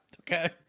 Okay